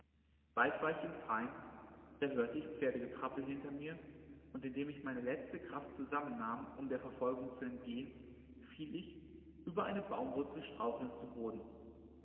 bald war ich im freien da hörte ich pferdegetrappel hinter mir und indem ich meine letzte kraft zusammennahm um der verfolgung zu entgehen fiel ich über eine baumwurzel strauchelnd zu boden